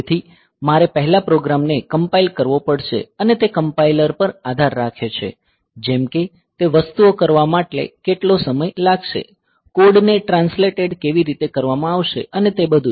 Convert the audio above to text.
તેથી મારે પહેલા પ્રોગ્રામ ને કંપાઇલ કરવો પડશે અને તે કમ્પાઇલર પર આધાર રાખે છે જેમ કે તે વસ્તુઓ કરવા માટે કેટલો સમય લાગશે કોડ ને ટ્રાન્સલેટેડ કેવી રીતે કરવામાં આવશે અને તે બધું